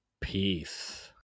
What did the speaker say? Peace